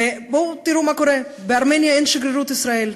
בואו תראו מה קורה, בארמניה אין שגרירות של ישראל.